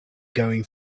going